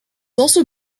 also